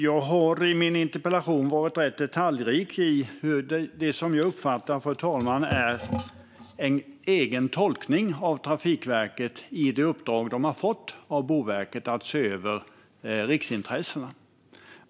Jag har i min interpellation varit rätt detaljrik när det gäller det jag uppfattar som Trafikverkets egen tolkning av det uppdrag man har fått av Boverket att se över riksintressena.